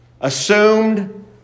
assumed